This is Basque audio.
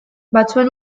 batzuen